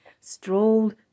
strolled